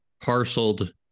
parceled